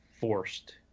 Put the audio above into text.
forced